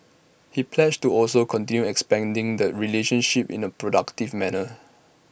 he pledged to also continue expanding the relationship in A productive manner